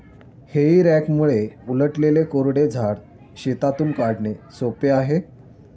हेई रॅकमुळे उलटलेले कोरडे झाड शेतातून काढणे सोपे आहे